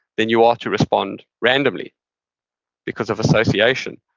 than you are to respond randomly because of association.